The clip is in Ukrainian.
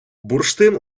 бурштин